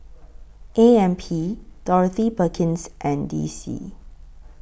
A M P Dorothy Perkins and D C